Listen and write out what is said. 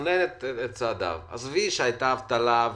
עזבי שהייתה אבטלה,